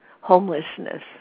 Homelessness